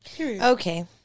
Okay